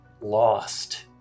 lost